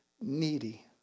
needy